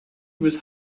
was